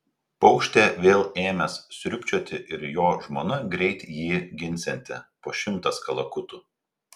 paukštė vėl ėmęs sriubčioti ir jo žmona greit jį ginsianti po šimtas kalakutų